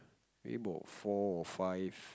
went about four or five